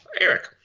Eric